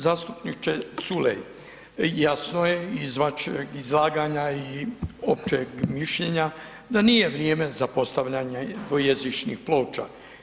Zastupniče Culej, jasno iz vašeg izlaganja i općeg mišljenja da nije vrijeme za postavljanje dvojezičnih ploča.